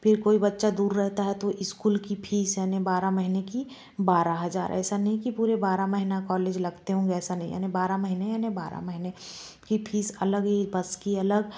फिर कोई बच्चा दूर रहता है तो इस्कूल की फीस यानि बारह महीने की बारह हजार ऐसा नहीं कि पूरे बारह महीना कॉलेज लगते होंगे ऐसा नहीं है बारह महीने यानि बारह महीने की फीस की अलग बस की अलग